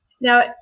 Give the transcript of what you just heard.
Now